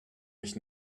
mich